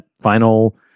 final